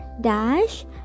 dash